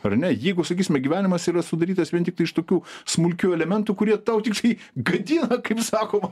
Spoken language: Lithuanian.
ar ne jeigu sakysime gyvenimas yra sudarytas vien tik tai iš tokių smulkių elementų kurie tau tik tai gadina kaip sakoma